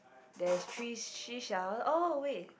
there's three seashell oh wait